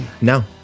No